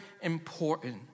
important